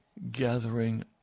gathering